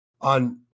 on